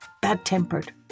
bad-tempered